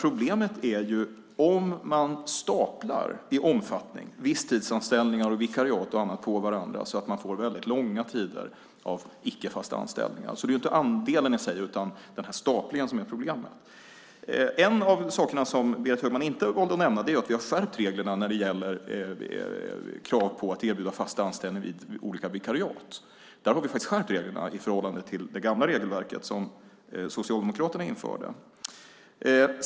Problemet är i stället om man så att säga i omfattning staplar visstidsanställningar, vikariat och annat på varandra så att det blir väldigt långa tider med icke fasta anställningar. Det är alltså inte andelen i sig utan staplingen som är problemet. En sak som Berit Högman valde att inte nämna är att vi har skärpt reglerna när det gäller kraven på att erbjuda fast anställning vid olika vikariat. Där har vi faktiskt skärpt reglerna i förhållande till det gamla regelverk som Socialdemokraterna införde.